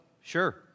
Sure